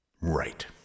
Right